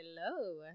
Hello